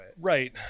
Right